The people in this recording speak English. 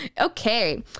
okay